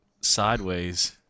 sideways